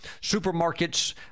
supermarkets